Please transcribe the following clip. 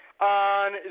on